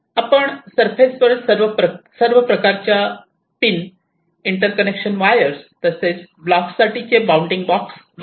आपण सरफेस वर सर्व प्रकारच्या पिन इंटर्कनेक्शन वायर्स तसेच आणि ब्लॉक साठीचे बाँउंडिंग बॉक्स दाखवू शकतो